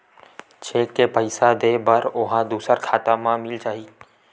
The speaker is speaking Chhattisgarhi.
चेक से पईसा दे बर ओहा दुसर खाता म मिल जाही?